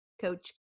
Coach